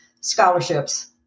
Scholarships